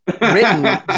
written